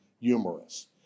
humorous